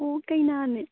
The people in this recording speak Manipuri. ꯑꯣ ꯀꯩꯅꯥꯅꯦ